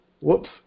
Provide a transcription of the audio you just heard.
Whoops